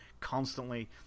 constantly